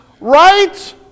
Right